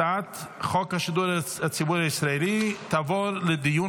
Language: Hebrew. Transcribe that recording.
הצעת חוק השידור הציבורי הישראלי תעבור לדיון